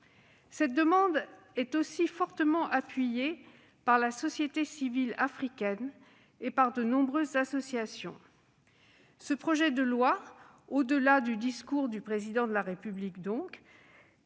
Cette demande est fortement appuyée par la société civile africaine et par de nombreuses associations. Ce projet de loi, au-delà du discours du Président de la République,